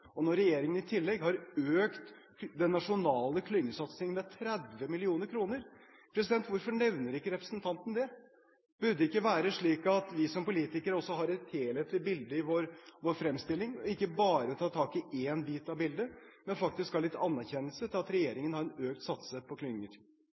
Regjeringen har i tillegg økt den nasjonale klyngesatsingen med 30 mill. kr. Hvorfor nevner ikke representanten det? Burde det ikke være slik at vi som politikere også har et helhetlig bilde i vår fremstilling og ikke bare tar tak i én bit av bildet, men faktisk har litt anerkjennelse av at